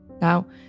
Now